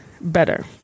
better